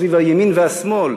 ולא סביב הימין והשמאל,